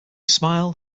smile